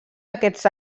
aquests